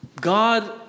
God